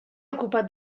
ocupat